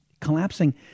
collapsing